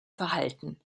verhalten